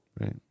Right